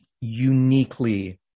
uniquely